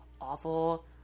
awful